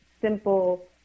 simple